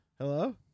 Hello